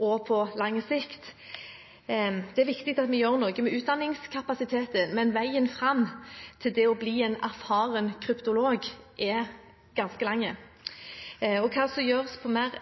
og på lang sikt. Det er viktig at vi gjør noe med utdanningskapasiteten, men veien fram til det å bli en erfaren kryptolog er ganske lang. Hva som gjøres på mer